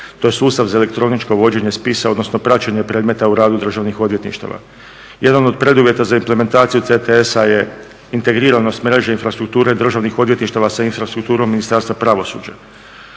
To je sustav za elektroničko vođenje spisa, odnosno praćenje predmeta u radu Državnih odvjetništava. Jedan od preduvjeta za implementaciju CTS-a je integriranost mreže infrastrukture državnih odvjetništava sa infrastrukturom Ministarstva pravosuđa.